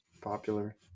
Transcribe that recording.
popular